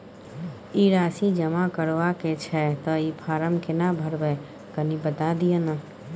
ई राशि जमा करबा के छै त ई फारम केना भरबै, कनी बता दिय न?